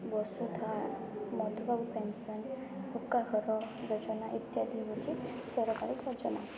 Basudha Madhubabu pension ପକ୍କା ଘର ଯୋଜନା ଇତ୍ୟାଦି ହେଉଛି ସରକାରୀ ଯୋଜନା